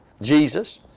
Jesus